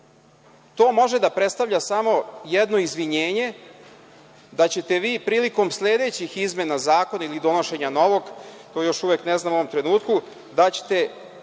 to može da predstavlja samo izvinjenje da će te vi prilikom sledećih izmena zakona ili donošenja novog, to još uvek ne znamo u ovom trenutku, da ćete